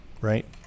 right